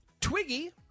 Twiggy